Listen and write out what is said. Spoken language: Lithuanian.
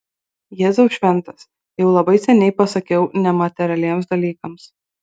jėzau šventas jau labai seniai pasakiau ne materialiems daiktams